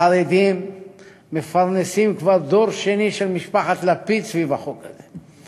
החרדים מפרנסים כבר דור שני של משפחת לפיד סביב החוק הזה.